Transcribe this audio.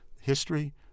history